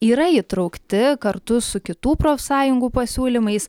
yra įtraukti kartu su kitų profsąjungų pasiūlymais